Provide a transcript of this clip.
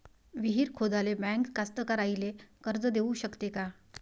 विहीर खोदाले बँक कास्तकाराइले कर्ज देऊ शकते का?